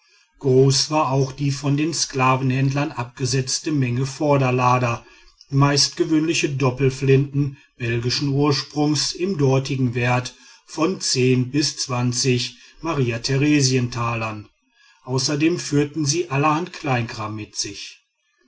groß war auch die von den sklavenhändlern abgesetzte menge vorderlader meist gewöhnliche doppelflinten belgischen ursprungs im dortigen wert von bis mariatheresientalern außerdem führten sie allerhand kleinkram mit sich